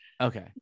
Okay